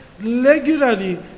regularly